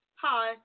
Hi